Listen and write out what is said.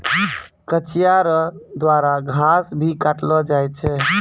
कचिया रो द्वारा घास भी काटलो जाय छै